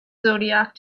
zodiac